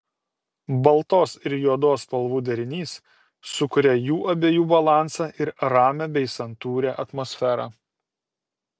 baltos ir juodos spalvų derinys sukuria jų abiejų balansą ir ramią bei santūrią atmosferą